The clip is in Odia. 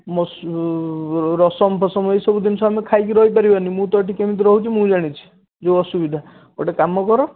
ରସମ ଫସମ ଏସବୁ ଜିନିଷ ଆମେ ଖାଇକି ରହିପାରିବାନି ମୁଁ ତ ଏଇଠି କେମିତି ରହୁଛି ମୁଁ ଜାଣିଛି ଯେଉଁ ଅସୁବିଧା ଗୋଟେ କାମ କର